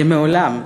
מעולם,